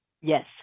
Yes